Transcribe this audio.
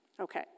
Okay